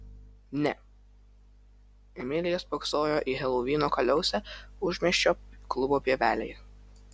ne emilija spoksojo į helovino kaliausę užmiesčio klubo pievelėje